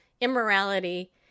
immorality